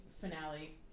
finale